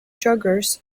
joggers